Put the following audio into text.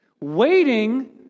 Waiting